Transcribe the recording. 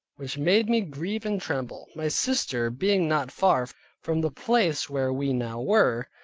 which made me grieve and tremble. my sister being not far from the place where we now were,